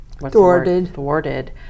thwarted